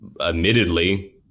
admittedly